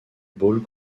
ball